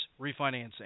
refinancing